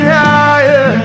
higher